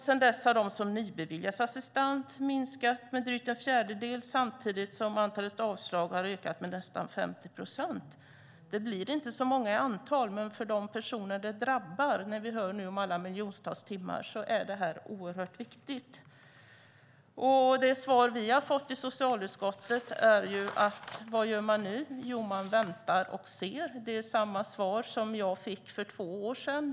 Sedan dess har de som nybeviljas assistans minskat med drygt en fjärdedel samtidigt som antalet avslag har ökat med nästan 50 procent. Det blir inte så många i antal, men för de personer som drabbas - när vi nu hör om alla miljontals timmar - är detta oerhört viktigt. Det svar vi har fått i socialutskottet på frågan om vad som görs nu är att man väntar och ser. Det är samma svar som jag fick för två år sedan.